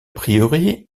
prieuré